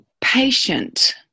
patient